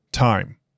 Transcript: Time